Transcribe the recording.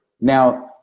Now